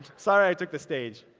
sorry i took the stage.